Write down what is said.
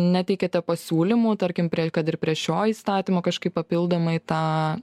neteikiate pasiūlymų tarkim prie kad ir prie šio įstatymo kažkaip papildomai tą